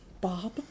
Bob